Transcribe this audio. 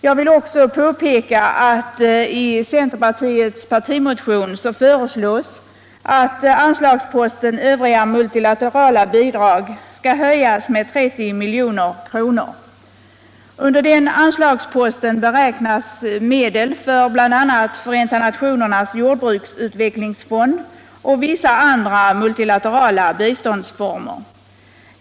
Jag vill också påpeka att det i centerpartiets partimotion föreslås att anslagsposten Övriga multilaterala bidrag skall höjas med 30 milj.kr. Under den anslagsposten beräknas medel för bl.a. Förenta nationernas jordbruksutvecklingsfond och vissa andra multilaterala biståndsformer.